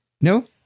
No